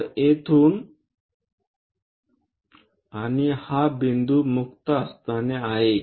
तर येथून आणि हा बिंदूं मुक्त हस्ताने आहे